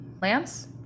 Lance